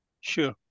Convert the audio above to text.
Sure